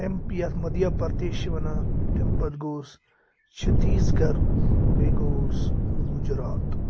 M P یَتھ مدھیہ پردیش چھِ وَنان تمہِ پَتہٕ گوٚوُس چھتیٖس گَر بیٚیہِ گوٚوُس گُجرات